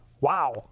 Wow